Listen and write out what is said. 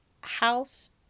house